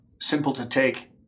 simple-to-take